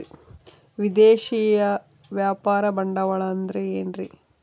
ವಿದೇಶಿಯ ವ್ಯಾಪಾರ ಬಂಡವಾಳ ಅಂದರೆ ಏನ್ರಿ?